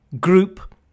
group